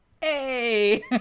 hey